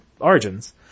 Origins